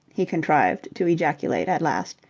he contrived to ejaculate at last.